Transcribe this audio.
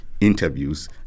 interviews